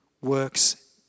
works